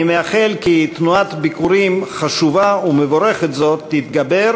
אני מאחל כי תנועת ביקורים חשובה ומבורכת זו תתגבר,